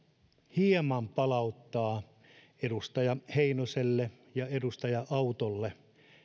hieman palauttaa edustaja heinoselle ja edustaja autolle